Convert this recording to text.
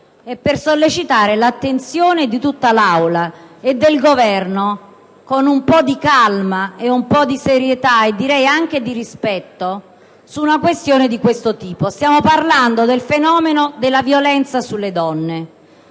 sullo stesso l'attenzione di tutta l'Aula e del Governo, con un po' di calma, di serietà e direi anche di rispetto su tale questione. Stiamo parlando del fenomeno della violenza sulle donne.